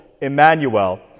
Emmanuel